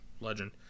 legend